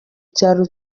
cyaro